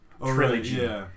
trilogy